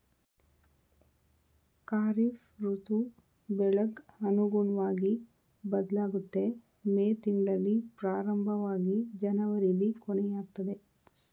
ಖಾರಿಫ್ ಋತು ಬೆಳೆಗ್ ಅನುಗುಣ್ವಗಿ ಬದ್ಲಾಗುತ್ತೆ ಮೇ ತಿಂಗ್ಳಲ್ಲಿ ಪ್ರಾರಂಭವಾಗಿ ಜನವರಿಲಿ ಕೊನೆಯಾಗ್ತದೆ